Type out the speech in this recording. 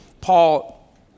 Paul